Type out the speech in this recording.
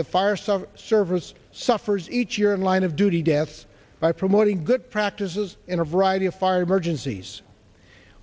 the fire some service suffers each year in line of duty death by promoting good practices in a variety of fire emergencies